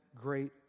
great